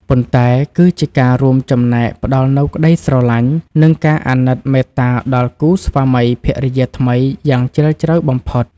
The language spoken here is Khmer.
ប៉ុន្តែគឺជាការរួមចំណែកផ្តល់នូវក្តីស្រឡាញ់ និងការអាណិតមេត្តាដល់គូស្វាមីភរិយាថ្មីយ៉ាងជ្រាលជ្រៅបំផុត។